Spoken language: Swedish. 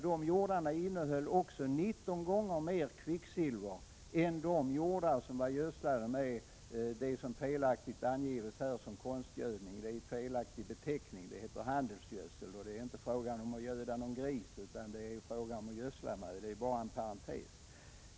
De jordarna innehöll också 19 gånger mer kvicksilver än de jordar som var gödslade med det som felaktigt betecknas som konstgödning men som egentligen heter handelsgödsel — det är inte fråga om att göda någon gris utan om att gödsla jorden.